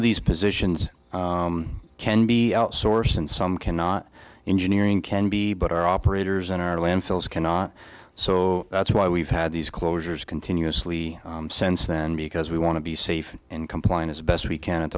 of these positions can be outsourced and some cannot engineering can be but our operators in our landfills cannot so that's why we've had these closures continuously since then because we want to be safe and complying as best we can at